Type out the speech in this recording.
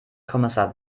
kommissar